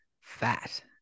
fat